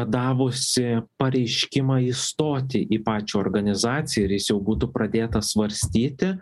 davusi pareiškimą įstoti į pačią organizaciją ir jis jau būtų pradėtas svarstyti